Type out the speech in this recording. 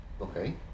okay